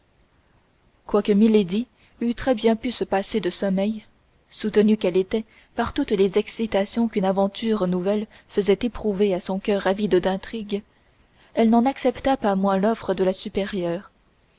quoique milady eût très bien pu se passer de sommeil soutenue qu'elle était par toutes les excitations qu'une aventure nouvelle faisait éprouver à son coeur avide d'intrigues elle n'en accepta pas moins l'offre de la supérieure